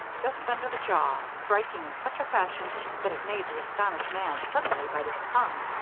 just under the jaw, striking in such a fashion that it made the astonished man suddenly bite his tongue.